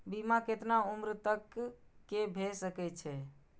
बीमा केतना उम्र तक के भे सके छै?